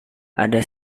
ada